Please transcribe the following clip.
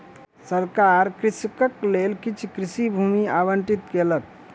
सरकार कृषकक लेल किछ कृषि भूमि आवंटित केलक